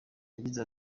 yagize